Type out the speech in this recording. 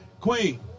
queen